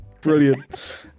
brilliant